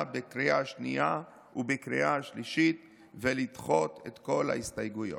בקריאה שנייה ובקריאה שלישית ולדחות את כל ההסתייגויות.